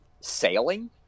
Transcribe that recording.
sailing